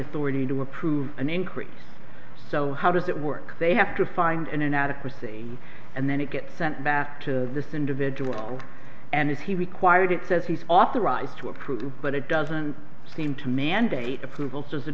authority to approve an increase so how does that work they have to find an inadequacy and then it gets sent back to this individual and is he required it says he's authorized to approve but it doesn't seem to mandate approval says